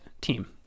team